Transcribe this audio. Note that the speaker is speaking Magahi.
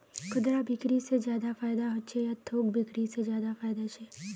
खुदरा बिक्री से ज्यादा फायदा होचे या थोक बिक्री से ज्यादा फायदा छे?